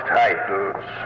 titles